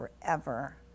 forever